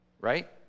right